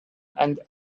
and